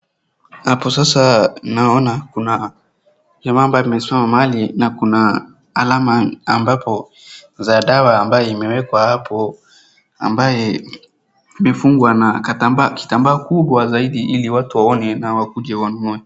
Hapo sasa naona kuna jamaa ambaye amesimama mahali na kuna alama ambapo za dawa ambaye imewekwa hapo ambaye imefungwa na kitambaa kubwa zaidi ili watu waone na wakuje wanunue.